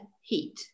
heat